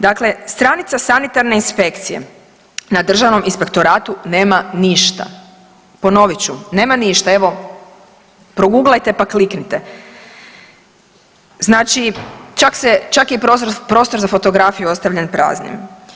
Dakle, stranica sanitarne inspekcije na državnom inspektoratu nema ništa, ponovit ću, nema nište, evo, proguglajte pa kliknite, znači čak je prostor za fotografiju ostavljen praznim.